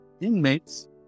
inmate's